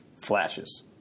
flashes